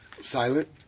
Silent